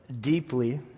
Deeply